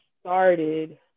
started